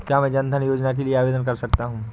क्या मैं जन धन योजना के लिए आवेदन कर सकता हूँ?